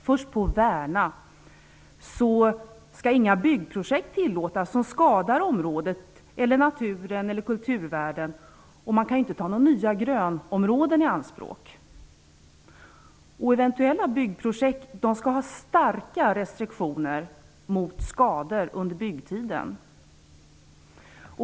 När det gäller att värna skall inga byggprojekt tillåtas som skadar området eller natur och kulturvärden, och man skall inte kunna ta några nya grönområden i anspråk. Eventuella byggprojekt skall ha starka restriktioner mot skador under byggtiden.